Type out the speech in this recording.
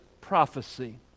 prophecy